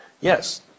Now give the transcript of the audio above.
Yes